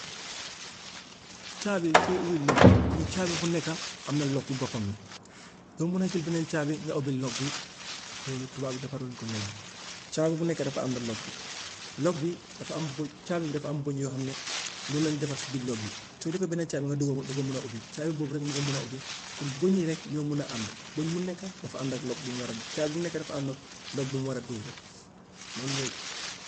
caabi yi sooy ubbi lock bi comme caabi bu nekka am na lock boppam la doo mun a jël beneen caabi nga ubbi lock bi loolu tubaab bi defaruñu ko noonu, caabi bu nekka dafa ànd ak lock bi. Lock bi dafa am bë-, caabi bi dafa am bëñ yoo xam ne noonu lay defar si biir lock bi. Soo defee beneen caabi nga dugal ko du ko mun a ubbi, caabi boobu rek moo ko mun a ubbi, comme bëñ yi rek ñoo mun a ànd, bëñ bu nekka dafa ànd ak lock bu mu war a, caabi bu nekka dafa am lock, lock bu mu war a dugg noonu la.